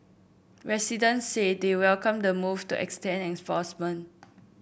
residents say they welcome the move to extend enforcement